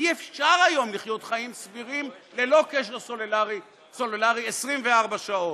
אי-אפשר היום לחיות חיים סבירים ללא קשר סלולרי 24 שעות.